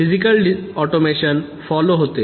physical automation follow होते